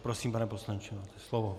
Prosím, pane poslanče, máte slovo.